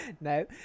No